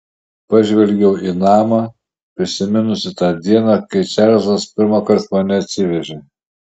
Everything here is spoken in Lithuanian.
pažvelgiau į namą prisiminusi tą dieną kai čarlzas pirmąkart mane atsivežė